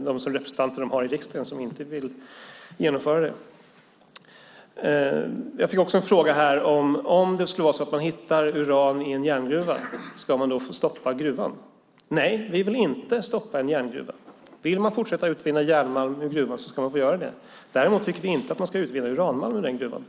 de representanter de har i riksdagen som inte vill genomföra detta beslut. Jag fick också en fråga: Om man skulle hitta uran i en järngruva, ska man då stänga gruvan? Nej, vi vill inte stänga en järngruva. Vill man fortsätta att utvinna järnmalm ur gruvan ska man få göra det. Däremot tycker vi inte att man ska utvinna uranmalm ur gruvan.